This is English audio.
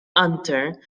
hunter